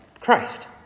Christ